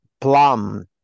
plum